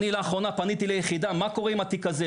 אני, לאחרונה, פניתי ליחידה מה קורה עם התיק הזה?